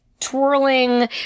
twirling